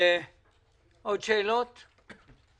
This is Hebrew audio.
יש שאלות נוספות?